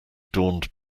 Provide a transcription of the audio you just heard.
dawned